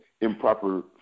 improper